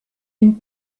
une